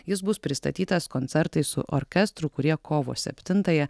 jis bus pristatytas koncertai su orkestru kurie kovo septintąją